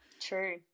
True